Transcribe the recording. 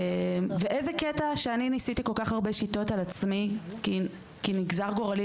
איזה קטע שאני ניסיתי כל כך הרבה שיטות על עצמי כי כי נגזר גורלי,